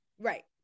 Right